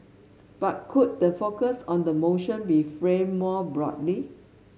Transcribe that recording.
but could the focus on the motion be framed more broadly